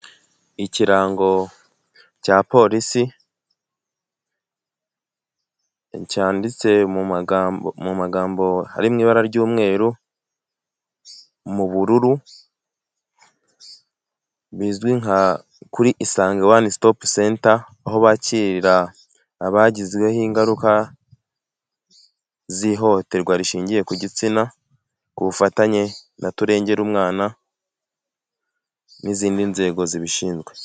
Ikirango cya polisi cyanditse mu magambo ari mu ibara ry'umweru, mu bururu, bizwi kuri isange wani sitopu senta aho bakirarira abagizweho ingaruka z'ihohoterwa, rishingiye ku gitsina ku bufatanye na turengera umwana n'izindi nzego zibishinzwe.